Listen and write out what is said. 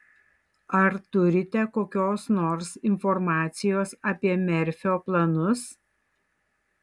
ar turite kokios nors informacijos apie merfio planus